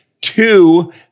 Two